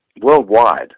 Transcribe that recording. worldwide